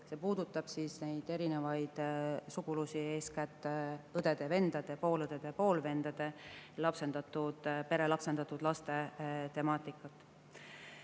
See puudutab erinevaid sugulusi, eeskätt õdede ja vendade, poolõdede, poolvendade, pere lapsendatud laste temaatikat.